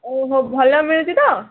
ଓହୋ ଭଲ ମିଳୁଛି ତ